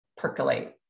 percolate